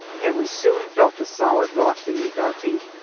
and we soon felt the solid rock beneath our feet,